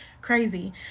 crazy